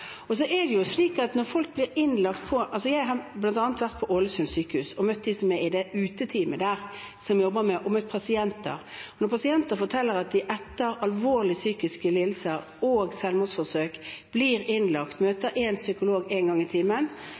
er bedre. Jeg har bl.a. vært på Ålesund sykehus og møtt dem som jobber i uteteamet der, og møtt pasienter – pasienter som forteller at de etter alvorlige psykiske lidelser og selvmordsforsøk har blitt innlagt og møtt en psykolog én gang i timen,